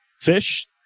fish